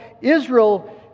Israel